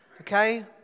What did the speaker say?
Okay